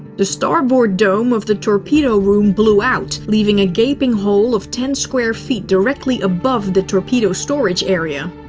the starboard dome of the torpedo room blew out, leaving a gaping hole of ten square feet directly above the torpedo storage area.